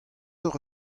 hocʼh